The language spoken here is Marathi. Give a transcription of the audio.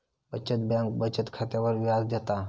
बचत बँक बचत खात्यावर व्याज देता